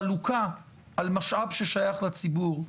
חלוקה על משאב ששייך לציבור,